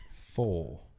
Four